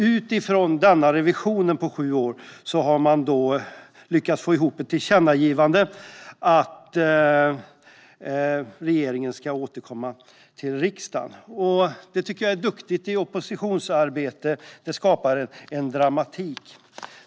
Utifrån denna revision på sju år har man lyckats få ihop ett tillkännagivande om att regeringen ska återkomma till riksdagen. Det tycker jag är ett bra oppositionsarbete. Det skapar en dramatik.